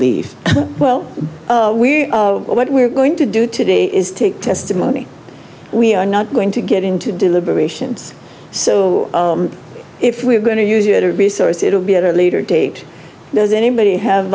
leave well we know what we're going to do today is take testimony we are not going to get into deliberations so if we are going to use it a resource it will be at a later date does anybody have